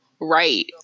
right